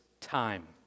time